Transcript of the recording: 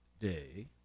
Day